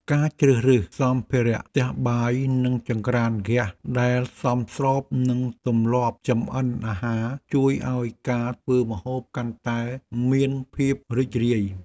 ការជ្រើសរើសសម្ភារៈផ្ទះបាយនិងចង្ក្រានហ្គាសដែលសមស្របនឹងទម្លាប់ចម្អិនអាហារជួយឱ្យការធ្វើម្ហូបកាន់តែមានភាពរីករាយ។